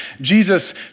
Jesus